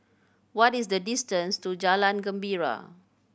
what is the distance to Jalan Gembira